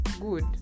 good